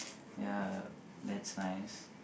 ya that's nice